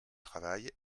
travail